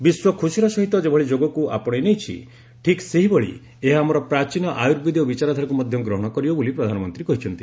ବିଶ୍ୱ ଖୁସିର ସହିତ ଯେଭଳି ଯୋଗକୁ ଆପଶେଇ ନେଇଛି ଠିକ୍ ସେହିଭଳି ଏହା ଆମର ପ୍ରାଚୀନ ଆୟର୍ବେଦୀୟ ବିଚାରଧାରାକୁ ମଧ୍ୟ ଗ୍ରହଣ କରିବ ବୋଲି ପ୍ରଧାନମନ୍ତ୍ରୀ କହିଛନ୍ତି